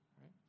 right